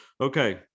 Okay